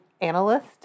analyst